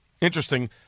Interesting